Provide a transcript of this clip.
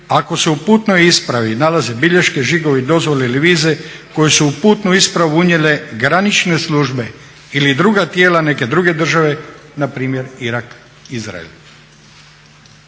ako se u putnoj ispravi nalaze bilješke, žigovi, dozvole ili vize koje su u putnu ispravu unijele granične službe ili druga tijela neke druge države, npr. Irak, Izrael.